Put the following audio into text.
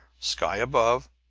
sky above,